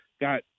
Got